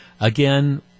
Again